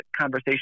conversation